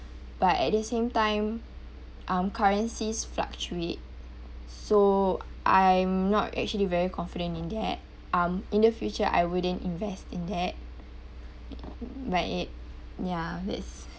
but at the same time um currencies fluctuate so I'm not actually very confident in that um in the future I wouldn't invest in that but it ya that's